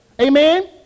Amen